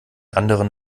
anderen